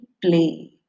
play